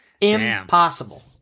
Impossible